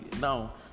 now